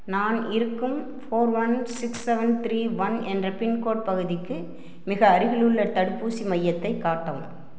நான் இருக்கும் four one six seven three one என்ற பின்கோட் பகுதிக்கு மிக அருகிலுள்ள தடுப்பூசி மையத்தை காட்டவும்